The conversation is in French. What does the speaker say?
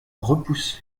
repousse